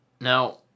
Now